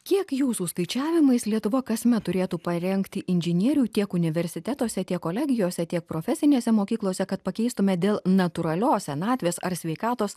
kiek jūsų skaičiavimais lietuva kasmet turėtų parengti inžinierių tiek universitetuose tiek kolegijose tiek profesinėse mokyklose kad pakeistume dėl natūralios senatvės ar sveikatos